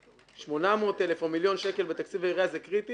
800 אלף או מיליון שקל בתקציב העירייה הוא קריטי,